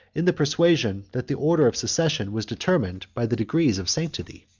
in the persuasion that the order of succession was determined by the decrees of sanctity.